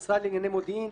המשרד לענייני מודיעין,